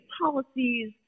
policies